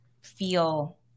feel